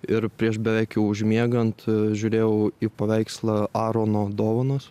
ir prieš beveik jau užmiegant žiūrėjau į paveikslą arono dovanos